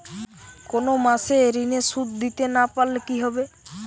কোন মাস এ ঋণের সুধ দিতে না পারলে কি হবে?